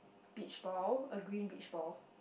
beach ball a green beach ball